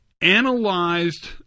analyzed